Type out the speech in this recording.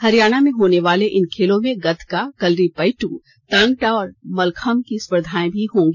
हरियाणा में होने वाले इन खेलों में गतका कलरी पयद्द तांग टा और मलखम्ब की स्पर्धाएं भी होंगी